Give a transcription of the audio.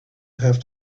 have